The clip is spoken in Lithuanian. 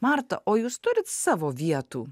marta o jūs turit savo vietų